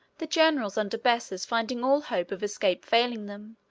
the generals under bessus, finding all hope of escape failing them,